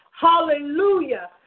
Hallelujah